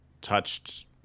touched